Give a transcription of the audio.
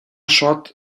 шат